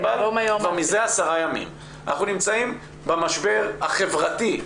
אנחנו נמצאים במשבר החברתי,